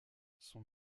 son